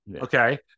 Okay